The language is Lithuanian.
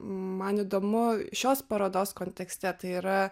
man įdomu šios parodos kontekste tai yra